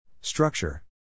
Structure